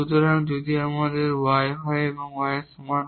সুতরাং যদি আমাদের y হয় 0 এর সমান